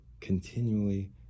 continually